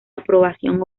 aprobación